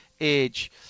age